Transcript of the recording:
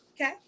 Okay